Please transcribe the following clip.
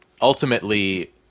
ultimately